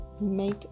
make